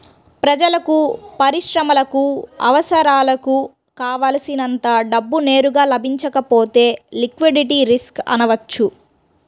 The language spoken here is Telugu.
ప్రజలకు, పరిశ్రమలకు అవసరాలకు కావల్సినంత డబ్బు నేరుగా లభించకపోతే లిక్విడిటీ రిస్క్ అనవచ్చు